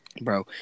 Bro